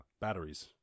Batteries